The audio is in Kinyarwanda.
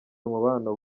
umubano